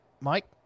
Mike